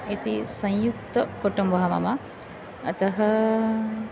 इति संयुक्तकुटुम्बः मम अतः